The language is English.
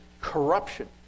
corruption